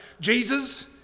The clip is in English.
Jesus